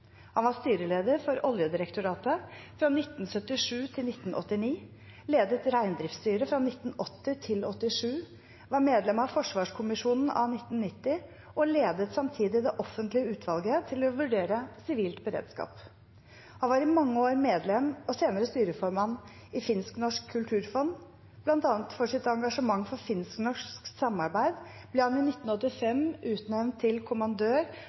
Han var styreleder for Oljedirektoratet fra 1977 til 1989, ledet Reindriftsstyret fra 1980 til 1987, var medlem av Forsvarskommisjonen av 1990 og ledet samtidig det offentlige utvalget til å vurdere sivilt beredskap. Han var i mange år medlem og senere styreformann i Finsk-norsk kulturfond. Blant annet for sitt engasjement for finsk-norsk samarbeid ble han i 1985 utnevnt til Kommandør